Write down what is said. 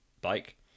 bike